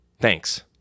Thanks